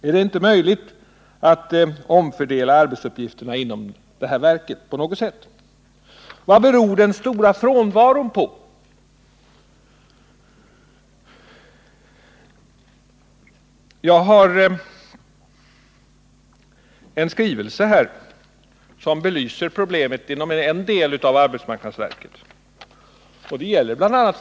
Är det inte möjligt att på något sätt omfördela arbetsuppgifterna inom arbetsmarknadsverket? Vad beror den stora frånvaron på? Jag har här i min hand en skrivelse som belyser problemen, bl.a. frånvaron, inom en del av arbetsmarknadsverket.